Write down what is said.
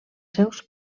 seus